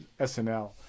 snl